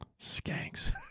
skanks